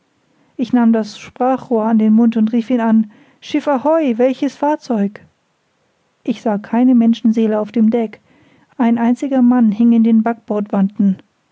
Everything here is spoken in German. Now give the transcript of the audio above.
ich nahm das sprachrohr an den mund und rief ihn an schiff ahoi welches fahrzeug ich sah keine menschenseele auf dem deck ein einziger mann hing in den